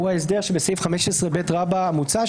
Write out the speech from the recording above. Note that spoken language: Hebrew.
הוא ההסדר שבסעיף 15ב מוצע,